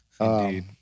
Indeed